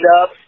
up